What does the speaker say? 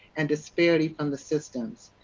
and asperity from the systems.